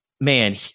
man